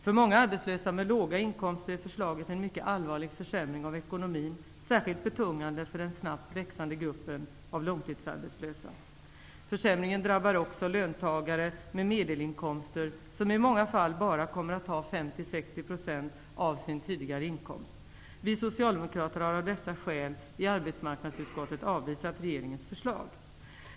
För många arbetslösa med låga inkomster innebär förslaget en mycket allvarlig försämring av ekonomin, särskilt betungande för den snabbt växande gruppen av långtidsarbetslösa. Försämringen drabbar också löntagare med medelinkomster, vilka i många fall kommer att ha bara 50--60 % av sin tidigare inkomst. Vi socialdemokrater har av dessa skäl i arbetsmarknadsutskottet avvisat regeringens förslag.